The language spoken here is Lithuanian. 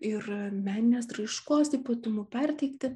ir meninės raiškos ypatumų perteikti